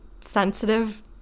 sensitive